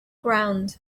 ground